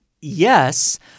yes